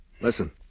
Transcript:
Listen